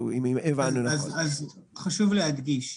חשוב להדגיש,